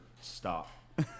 stop